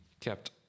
kept